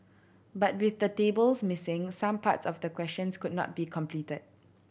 but with the tables missing some parts of the questions could not be completed